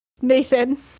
Nathan